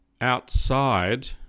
outside